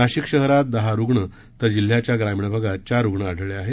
नाशिक शहरात दहा रूग्ण तर जिल्ह्याच्या ग्रामीण भागात चार रूग्ण आढळले आहेत